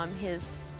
um his,